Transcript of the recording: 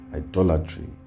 idolatry